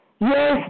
yes